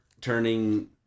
turning